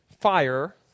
fire